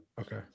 okay